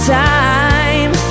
time